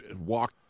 walk